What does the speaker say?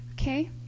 okay